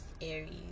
Aries